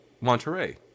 Monterey